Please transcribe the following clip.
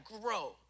grow